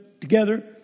together